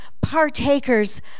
partakers